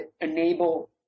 enable